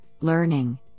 learning